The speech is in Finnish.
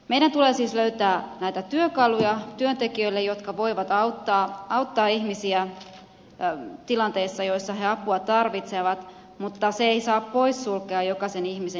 meidän tulee siis löytää näitä työkaluja työntekijöille jotka voivat auttaa ihmisiä tilanteissa joissa he apua tarvitsevat mutta se ei saa poissulkea jokaisen ihmisen itsemääräämisoikeutta